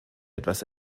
etwas